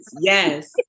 Yes